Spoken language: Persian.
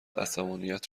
عصبانیت